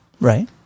Right